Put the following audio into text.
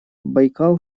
байкал